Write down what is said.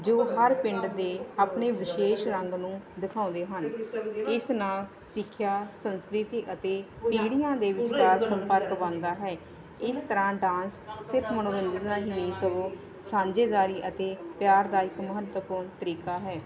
ਜੋ ਹਰ ਪਿੰਡ ਦੇ ਆਪਣੇ ਵਿਸ਼ੇਸ਼ ਰੰਗ ਨੂੰ ਦਿਖਾਉਂਦੇ ਹਨ ਇਸ ਨਾਲ ਸਿੱਖਿਆ ਸੰਸਕ੍ਰਿਤੀ ਅਤੇ ਪੀੜ੍ਹੀਆਂ ਦੇ ਵਿਚਕਾਰ ਸੰਪਰਕ ਬਣਦਾ ਹੈ ਇਸ ਤਰ੍ਹਾਂ ਡਾਂਸ ਸਿਰਫ ਮਨੋਰੰਜਨ ਦਾ ਹੀ ਨਹੀਂ ਸਗੋਂ ਸਾਂਝੇਦਾਰੀ ਅਤੇ ਪਿਆਰ ਦਾ ਇੱਕ ਮਹੱਤਵਪੂਰਨ ਤਰੀਕਾ ਹੈ